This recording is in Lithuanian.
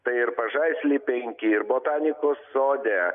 tai ir pažaisly penki ir botanikos sode